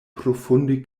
profunde